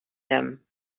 them